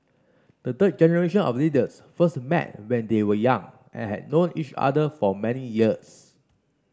the third generation of leaders first met when they were young and had known each other for many years